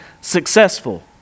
successful